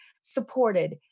supported